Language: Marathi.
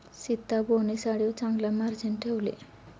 सीताबोने साडीवर चांगला मार्जिन ठेवले